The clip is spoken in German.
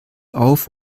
auf